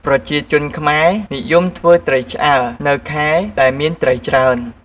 ប្រជាជនខ្មែរនិយមធ្វើត្រីឆ្អើរនៅខែដែលមានត្រីច្រើន។